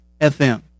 FM